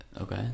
Okay